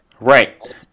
Right